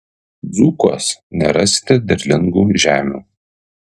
dzūkuos nerasite derlingų žemių